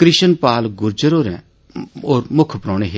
कृष्ण लाल गुर्जर होर मुक्ख परौहने हे